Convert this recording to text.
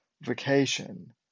vacation